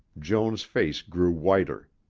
joan's face grew whiter.